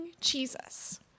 Jesus